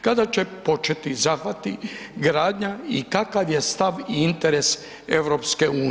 Kada će početi zahvati, gradnja i kakva je stav i interes EU?